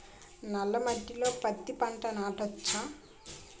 నల్ల మట్టిలో పత్తి పంట నాటచ్చా?